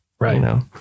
Right